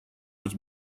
was